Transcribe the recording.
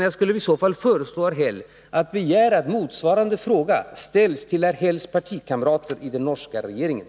Jag skulle föreslå herr Häll att begära att motsvarande fråga ställs till herr Hälls partikamrater i den norska regeringen.